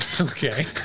Okay